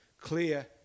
clear